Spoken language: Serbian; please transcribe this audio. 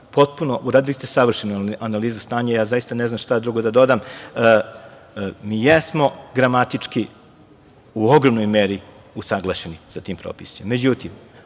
potpuno, uradili ste savršeno analize stanja, ja ne znam šta drugo da dodam, mi jesmo gramatički u ogromnoj meri usaglašeni sa tim propisima.